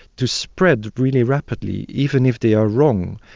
to spread really rapidly, even if they are wrong,